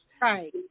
Right